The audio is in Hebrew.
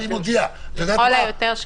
לכל היותר שעה?